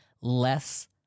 less